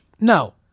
No